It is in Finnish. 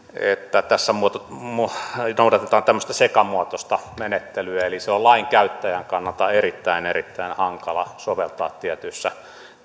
tässä noudatetaan tämmöistä sekamuotoista menettelyä eli se on lainkäyttäjän kannalta erittäin erittäin hankala soveltaa tietyissä